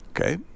Okay